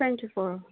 twenty four